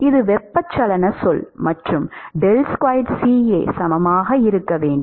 இது வெப்பச்சலனச் சொல் மற்றும் சமமாக இருக்க வேண்டும்